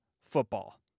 football